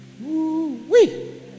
Woo-wee